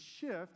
shift